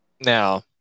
Now